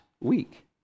week